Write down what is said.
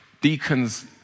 deacons